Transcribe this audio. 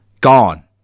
Gone